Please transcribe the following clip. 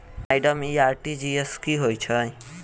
Madam इ RTGS की होइ छैय?